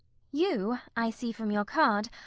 you, i see from your card,